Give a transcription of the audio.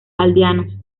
aldeanos